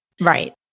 Right